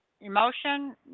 emotion